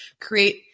create